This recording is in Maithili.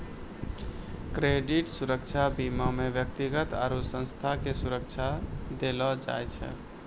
क्रेडिट सुरक्षा बीमा मे व्यक्ति आरु संस्था के सुरक्षा देलो जाय छै